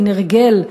מין הרגל,